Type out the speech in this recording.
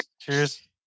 Cheers